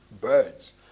birds